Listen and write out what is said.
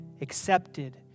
accepted